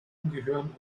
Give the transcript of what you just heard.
angehören